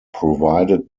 provided